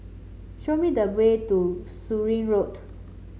show me the way to Surin Road